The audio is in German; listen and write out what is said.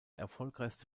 erfolgreichste